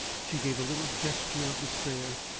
she gave a little gesture of despair.